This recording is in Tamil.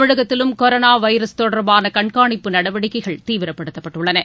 தமிழகத்திலும் கொரோனாவைரஸ் தொடர்பானகண்காணிப்பு நடவடிக்கைகள் தீவிரப்படுத்தப்பட்டுஉள்ளன